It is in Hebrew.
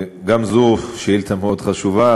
גם זו שאילתה מאוד חשובה.